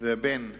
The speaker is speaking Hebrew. ובין פהמי,